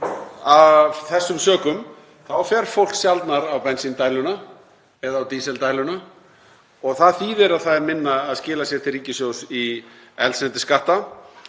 Af þessum sökum fer fólk sjaldnar á bensíndæluna eða á dísildæluna og það þýðir að minna er að skila sér til ríkissjóðs í eldsneytisskatta